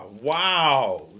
wow